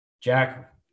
Jack